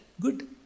good